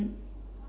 mmhmm